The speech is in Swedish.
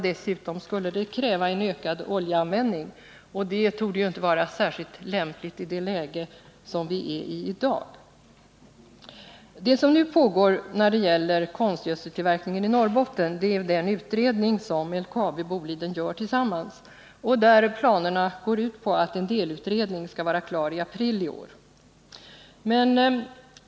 Dessutom skulle det kräva en ökad oljeanvändning, och det torde inte vara särskilt lämpligt i det läge som vi i dag befinner oss i. Det som nu pågår vad gäller konstgödseltillverkning i Norrbotten är den utredning som LKAB och Boliden AB gör tillsammans och där planerna går ut på att en delutredning skall vara klar i aprili år.